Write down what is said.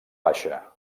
baixa